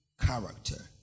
character